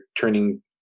turning